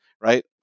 right